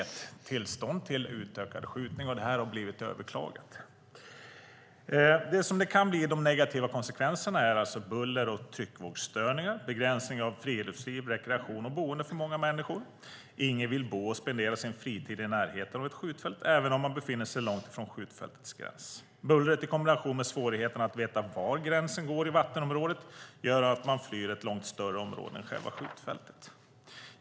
Ingen vill bo och spendera sin fritid i närheten av ett skjutfält även om man befinner sig långt från skjutfältets gräns. Bullret i kombination med svårigheten att veta var gränsen går i vattenområdet gör att man flyr ett långt större område än själva skjutfältet.